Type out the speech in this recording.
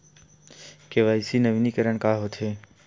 KYC नवीनीकरण का होथे?